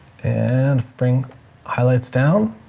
and bring highlights down